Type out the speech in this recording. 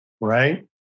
right